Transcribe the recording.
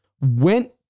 went